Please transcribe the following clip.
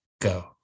go